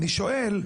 ואני שואל,